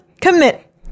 commit